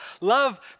Love